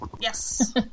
Yes